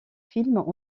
films